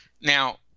Now